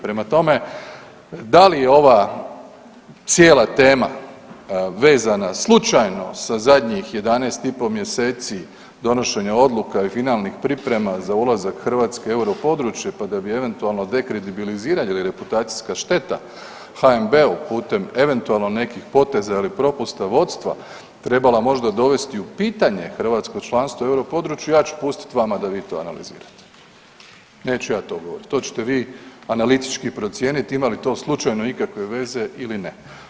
Prema tome, da li je ova cijela tema vezana slučajno sa zadnjih 11,5 mjeseci donošenja odluka i finalnih priprema za ulazak Hrvatske u euro područje pa da bi eventualno de kredibilizirali jel je reputacijska šteta HNB-u putem eventualno nekih poteza ili propusta vodstva trebala možda dovesti u pitanje hrvatsko članstvo u euro područje, ja ću pustit vama da vi to analizirate, neću ja to govoriti, to ćete vi analitički procijeniti ima li to slučajno ikakve veze ili ne.